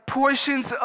portions